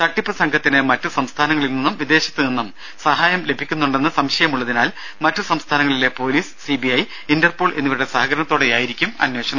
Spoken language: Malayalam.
തട്ടിപ്പ് സംഘത്തിന് മറ്റ് സംസ്ഥാനങ്ങളിൽ നിന്നും വിദേശത്ത് നിന്നും സഹായം ലഭിക്കുന്നുണ്ടെന്ന് സംശയമുള്ളതിനാൽ മറ്റ് സംസ്ഥാനങ്ങളിലെ പൊലീസ് സിബിഐ ഇന്റർപോൾ എന്നിവരുടെ സഹകരണത്തോടെയായിരിക്കും അന്വേഷണം